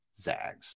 Zags